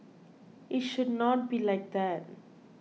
it should not be like that